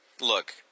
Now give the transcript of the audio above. Look